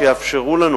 שיאפשרו לנו